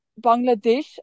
Bangladesh